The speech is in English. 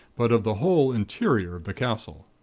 but of the whole interior of the castle.